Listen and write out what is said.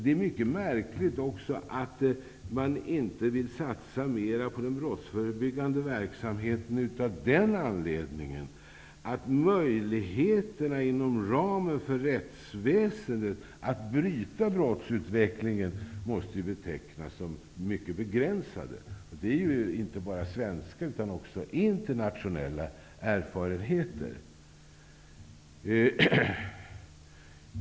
Det är mycket märkligt att man inte vill satsa mera på den brottsförebyggande verksamheten också av den anledningen att möjligheterna inom ramen för rättsväsendet att bryta brottsutvecklingen måste betecknas som mycket begränsade. Det är inte bara svenska utan också internationella erfarenheter.